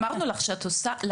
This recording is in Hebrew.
באתם רק לוודא שזה עובר.